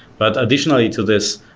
but additionally to this,